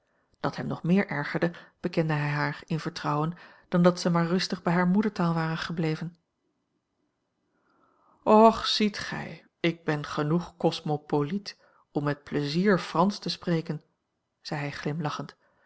dat hem nog meer ergerde bekende hij haar in vertrouwen dan dat ze maar rustig bij hare moedertaal waren gebleven och ziet gij ik ben genoeg cosmopoliet om met pleizier fransch a l g bosboom-toussaint langs een omweg te spreken zei hij glimlachend